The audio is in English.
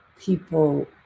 people